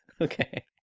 Okay